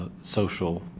social